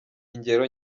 ingero